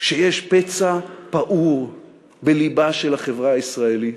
שיש פצע פעור בלבה של החברה הישראלית,